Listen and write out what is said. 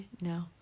No